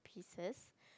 pieces